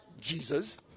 Jesus